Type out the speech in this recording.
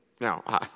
Now